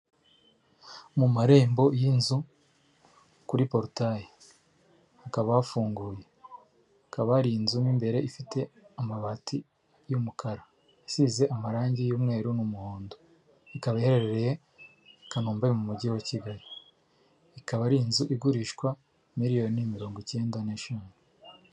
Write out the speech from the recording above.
Mu marembo y'inzu kuri porutaye hakaba hafunguye, hakaba hari inzu'imbere ifite amabati y'umukara isize amarangi y'umweru n'umuhondo. Ikaba iherereye i Kanombe yo mu mujyi wa Kigali, ikaba ari inzu igurishwa miliyoni mirongo icyenda n'eshanu